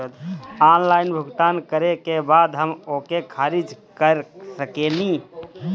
Online भुगतान करे के बाद हम ओके खारिज कर सकेनि?